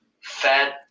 fat